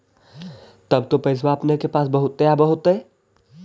तब तो पैसबा अपने के पास बहुते आब होतय?